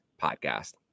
podcast